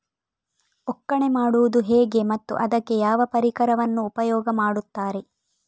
ಒಕ್ಕಣೆ ಮಾಡುವುದು ಹೇಗೆ ಮತ್ತು ಅದಕ್ಕೆ ಯಾವ ಪರಿಕರವನ್ನು ಉಪಯೋಗ ಮಾಡುತ್ತಾರೆ?